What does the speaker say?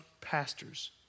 pastors